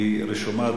היא רשומה,